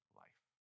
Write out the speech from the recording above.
life